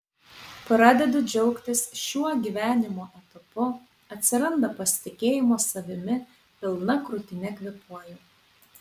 pradedu džiaugtis šiuo gyvenimo etapu atsiranda pasitikėjimo savimi pilna krūtine kvėpuoju